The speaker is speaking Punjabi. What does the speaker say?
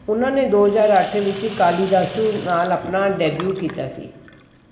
ਉਨ੍ਹਾਂ ਨੇ ਦੋ ਹਜ਼ਾਰ ਅੱਠ ਵਿੱਚ ਕਾਲੀਦਾਸੂ ਨਾਲ ਆਪਣਾ ਡੈਬਿਊ ਕੀਤਾ ਸੀ